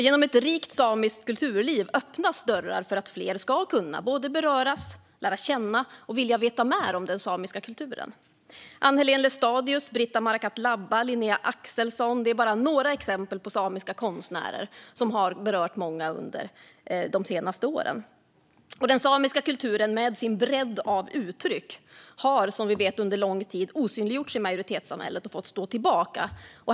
Genom ett rikt samiskt kulturliv öppnas dörrar för att fler ska kunna beröras av, lära känna och vilja veta mer om den samiska kulturen. Ann-Helén Laestadius, Britta Marakatt-Labba och Linnea Axelsson är bara några exempel på samiska konstnärer som har berört många under de senaste åren. Den samiska kulturen, med sin bredd av uttryck, har som vi vet under lång tid osynliggjorts i majoritetssamhället och fått stå tillbaka.